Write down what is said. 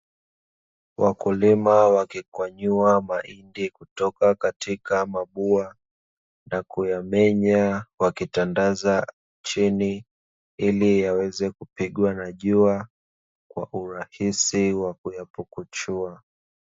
Wakulima wakikwanyua mahindi toka katika mabua na kuyamenya wakitandaza chini ili yaweze kupigwa na jua kwa urahisi wa kupukuchua.